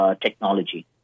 technology